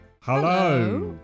Hello